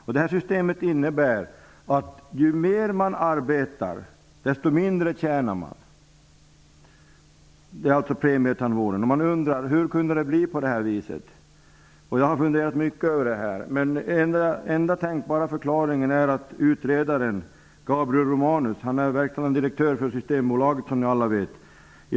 Systemet med premietandvården innebär att ju mer man arbetar, desto mindre tjänar man. Man undrar hur det kunde bli på det här viset. Jag har funderat mycket över detta. Den enda tänkbara förklaringen är att Gabriel Romanus är utredare. Han är också verkställande direktör i Systembolaget, som ni alla vet.